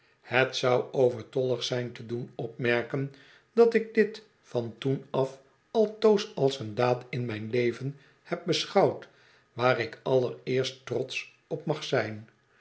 het zou overtollig zijn te doen opmerken dat ik dit van toen af altoos als een daad in mijn leven heb beschouwd waar ik allereerst trotsch op mag zijn